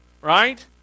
right